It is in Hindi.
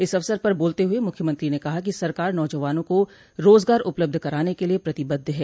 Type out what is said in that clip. इस अवसर पर बोलते हुए मुख्यमंत्री ने कहा कि सरकार नौजवानों को रोजगार उपलब्ध कराने के लिये प्रतिबद्ध है